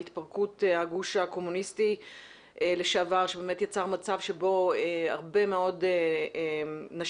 מהתפרקות הגוש הקומוניסטי לשעבר שבאמת יצר מצב שבו הרבה מאוד נשים